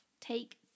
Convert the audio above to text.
take